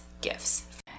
gifts